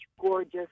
gorgeous